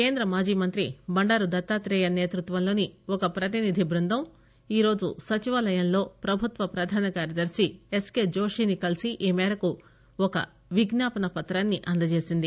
కేంద్ర మాజీ మంత్రి బండారు దత్తాత్రేయ నేత్రుత్వంలోని ఒక ప్రతినిధి బృందం ఈరోజు సచివాలయంలో ప్రభుత్వ ప్రధాన కార్యదర్ని ఎస్ కే జోషిని కలిసి ఈ మేరకు ఒక విజ్పాపనా పత్రాన్ని అందచేసింది